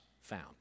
found